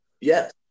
Yes